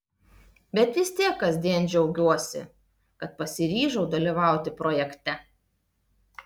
bet vis tiek kasdien džiaugiuosi kad pasiryžau dalyvauti projekte